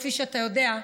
כפי שאתה יודע,